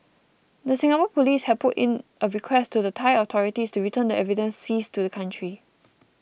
the Singapore police had put in a request to the Thai authorities to return the evidence seized to the country